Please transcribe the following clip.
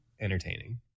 entertaining